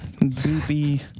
goopy